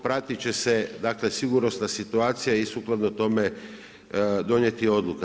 Pratiti će se, dakle sigurnosna situacija i sukladno tome donijeti odluka.